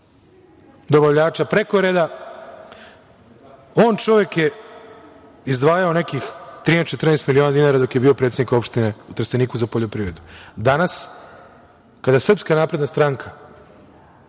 dobavljača preko reda. On je čovek izdvajao nekih 13, 14 miliona dinara dok je bio predsednik opštine u Trsteniku za poljoprivredu. Danas, kada SNS je dobila pravo